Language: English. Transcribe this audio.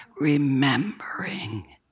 remembering